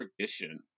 tradition